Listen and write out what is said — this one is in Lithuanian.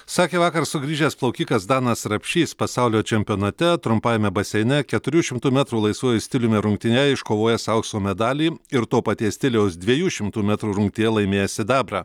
sakė vakar sugrįžęs plaukikas danas rapšys pasaulio čempionate trumpajame baseine keturių šimtų metru laisvuoju stiliumi rungtyje iškovojęs aukso medalį ir to paties stiliaus dviejų šimtų metrų rungtyje laimėjęs sidabrą